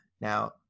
Now